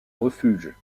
refuge